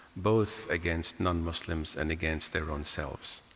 both against nonmuslims and against their own selves.